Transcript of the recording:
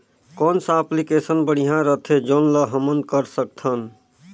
कौन सा एप्लिकेशन बढ़िया रथे जोन ल हमन कर सकथन?